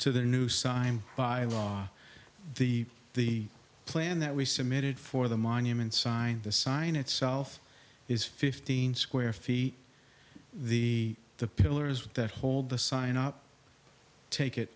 to the new signed by law the the plan that we submitted for the monument signed the sign itself is fifteen square feet the the pillars that hold the sign up take it